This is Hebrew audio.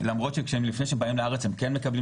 למרות שלפני שהם באים לארץ הם כן מקבלים